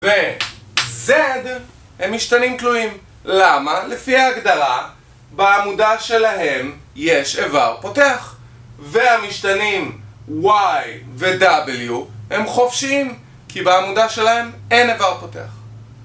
ו-z הם משתנים תלויים, למה? לפי ההגדרה, בעמודה שלהם יש איבר פות, והמשתנים y ו-w הם חופשיים, כי בעמודה שלהם אין איבר פותח